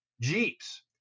Jeeps